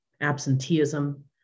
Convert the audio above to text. absenteeism